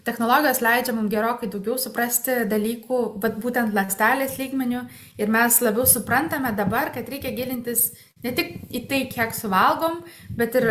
technologijos leidžia mum gerokai daugiau suprasti dalykų vat būtent ląstelės lygmeniu ir mes labiau suprantame dabar kad reikia gilintis ne tik į tai kiek suvalgom bet ir